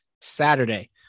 Saturday